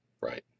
Right